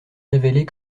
révélée